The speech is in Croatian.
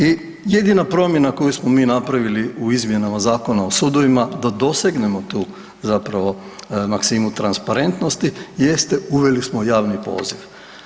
I jedina promjena koju smo mi napravili u izmjenama Zakona o sudovima da dosegnemo tu zapravo maksimu transparentnosti jeste uveli smo javni poziv.